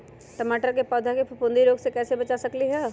टमाटर के पौधा के फफूंदी रोग से कैसे बचा सकलियै ह?